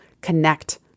connect